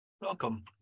Welcome